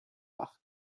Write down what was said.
bach